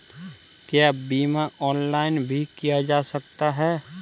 क्या बीमा ऑनलाइन भी किया जा सकता है?